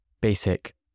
basic